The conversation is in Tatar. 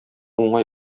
уңай